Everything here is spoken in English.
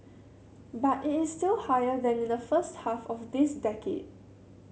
but it is still higher than in the first half of this decade